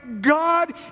God